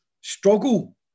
struggle